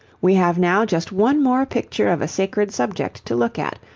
we have now just one more picture of a sacred subject to look at,